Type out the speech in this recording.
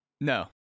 No